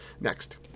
next